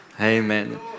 amen